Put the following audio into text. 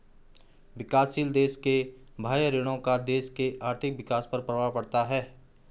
विकासशील देशों के बाह्य ऋण का देश के आर्थिक विकास पर प्रभाव पड़ता है